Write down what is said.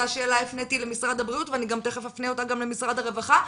אותה שאלה הפניתי למשרד הבריאות ואני גם תיכף אפנה אותה למשרד הרווחה,